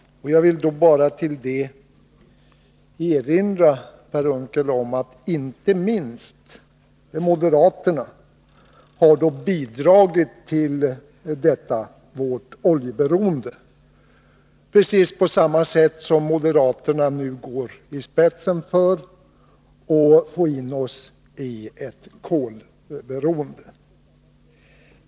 Jag vill bara erinra Per Unckel om att inte minst moderaterna har bidragit till detta vårt oljeberoende, precis på samma sätt som moderaterna nu går i spetsen för att få in oss i ett kolberoende.